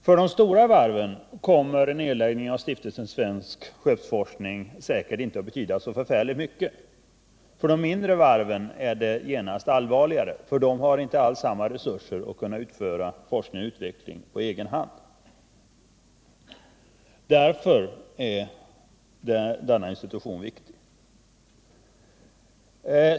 För de stora varven kommer nedläggningen av Stiftelsen Svensk skeppsforskning säkert inte att betyda så särskilt mycket. För de mindre varven är det allvarligare, eftersom de inte har samma resurser att utföra forskning och utveckling på egen hand. Därför är denna institution viktig.